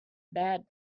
bad